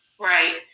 Right